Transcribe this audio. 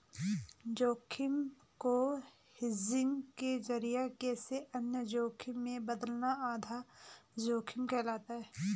जोखिम को हेजिंग के जरिए किसी अन्य जोखिम में बदलना आधा जोखिम कहलाता है